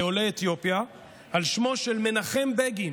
לעולי אתיופיה על שמו של מנחם בגין,